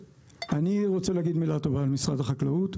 אני רוצה להגיד מילה טובה על משרד החקלאות,